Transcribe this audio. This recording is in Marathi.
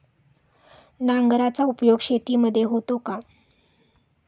नांगराचा उपयोग शेतीमध्ये होतो का?